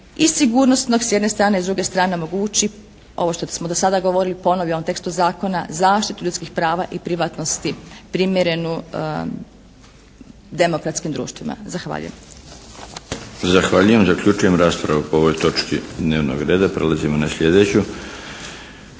i sigurnosnog s jedne strane. A s druge strane omogući ovo što smo do sada govorili u ponovljenom tekstu Zakona, zaštitu ljudskih prava i privatnosti primjerenu demokratskim društvima. Zahvaljujem. **Milinović, Darko (HDZ)** Zahvaljujem. Zaključujem raspravu po ovoj točki dnevnog reda. **Šeks, Vladimir